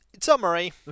Summary